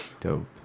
Dope